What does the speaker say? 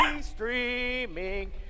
streaming